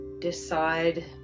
Decide